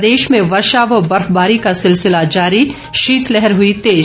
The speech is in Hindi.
प्रदेश में वर्षा व बर्फबारी का सिलसिला जारी शीतलहर हुई तेज